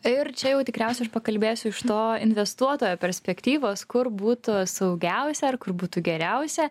ir čia jau tikriausiai aš pakalbėsiu iš to investuotojo perspektyvos kur būtų saugiausia ar kur būtų geriausia